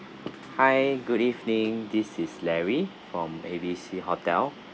hi good evening this is larry from A B C hotel